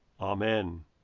amen